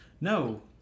No